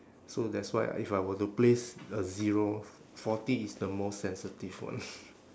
so that's why I if I were to place a zero forty is the most sensitive one